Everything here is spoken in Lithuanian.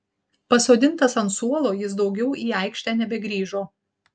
pasodintas ant suolo jis daugiau į aikštę nebegrįžo